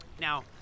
now